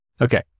Okay